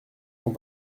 sont